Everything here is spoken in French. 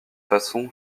façon